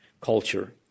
culture